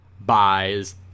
buys